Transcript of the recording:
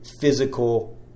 physical